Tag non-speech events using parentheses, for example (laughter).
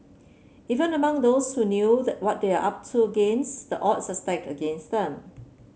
even among those who knew the what they are up to against the odds (unintelligible) against them